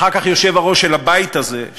אחר כך היושב-ראש של הבית הזה,